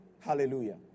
Hallelujah